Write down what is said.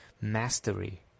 mastery